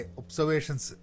observations